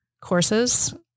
courses